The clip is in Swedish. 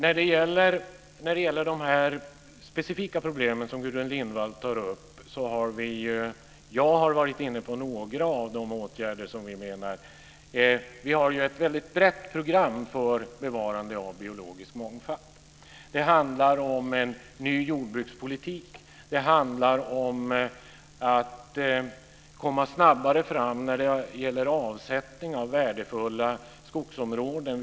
Fru talman! När det gäller de specifika problemen som Gudrun Lindvall tar upp har jag varit inne på några av våra föreslagna åtgärder. Vi har ett väldigt brett program för bevarande av biologisk mångfald. Det handlar om en ny jordbrukspolitik. Det handlar om att komma snabbare fram när det gäller avsättning av värdefulla skogsområden.